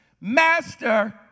Master